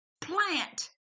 plant